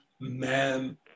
man